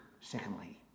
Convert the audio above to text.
secondly